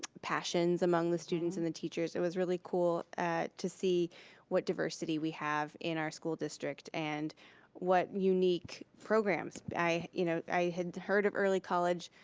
passions among the students and the teachers, it was really cool to see what diversity we have in our school district and what unique programs. i you know i had heard of early college,